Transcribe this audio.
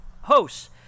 hosts